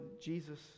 Jesus